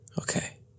Okay